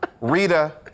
Rita